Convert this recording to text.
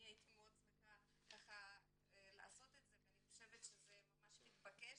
אני הייתי מאוד שמחה לעשות את זה ואני חושבת שזה ממש מתבקש,